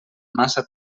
massa